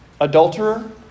Adulterer